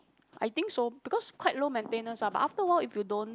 I think so because quite low maintenance ah but after a while if you don't